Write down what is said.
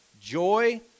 joy